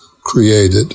created